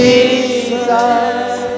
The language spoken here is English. Jesus